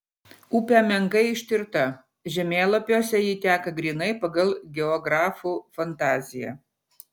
upė menkai ištirta žemėlapiuose ji teka grynai pagal geografų fantaziją